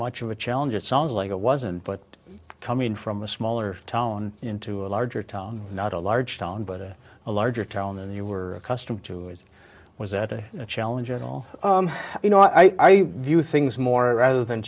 much of a challenge it sounds like it wasn't but coming from a smaller town into a larger town not a large town but it a larger town than you were accustomed to it was a challenge at all you know i view things more rather than